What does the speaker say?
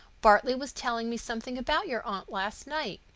bartley was telling me something about your aunt last night.